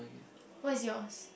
what's yours